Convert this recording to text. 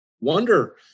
wonder